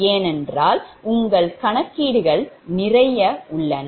ஏனென்றால் உங்கள் கணக்கீடுகள் நிறைய உள்ளன